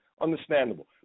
Understandable